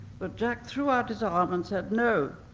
but jack threw out his arm and said, no,